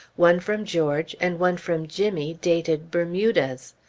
one from george, and one from jimmy, dated bermudas.